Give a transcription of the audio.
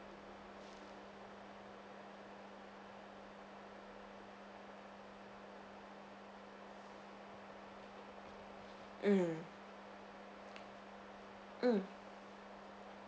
mm mm